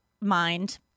mind